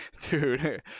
Dude